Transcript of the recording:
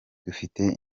dufite